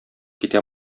китә